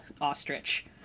ostrich